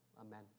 Amen